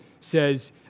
says